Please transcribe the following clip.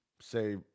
say